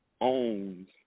Owns